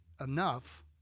enough